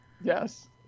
yes